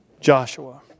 Joshua